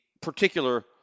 particular